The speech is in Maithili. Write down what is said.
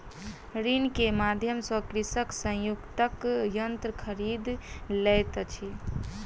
ऋण के माध्यम सॅ कृषक संयुक्तक यन्त्र खरीद लैत अछि